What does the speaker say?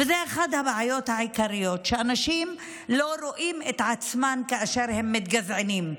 וזו אחת הבעיות העיקריות שאנשים לא רואים את עצמם כאשר הם מתגזענים,